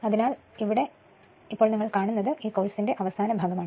അതിനാൽ ഇത് ഈ കോഴ്സിന്റെ അവസാന ഭാഗമാണ്